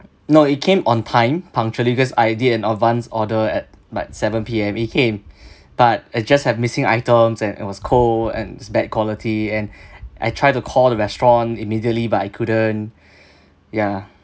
no it came on time punctually cause I did an advance order at like seven P_M it came but it just have missing items and it was cold and it's bad quality and I try to call the restaurant immediately but I couldn't ya